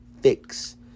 fix